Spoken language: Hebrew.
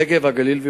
לחופש תנועה ולפרנסה.